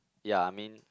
ya I mean